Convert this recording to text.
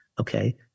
Okay